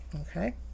Okay